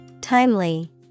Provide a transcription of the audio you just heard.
Timely